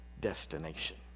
destination